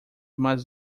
mais